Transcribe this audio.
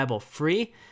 free